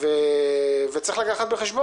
ולכן הצעתי שנקים שלוש ועדות מיוחדות,